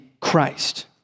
Christ